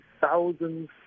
thousands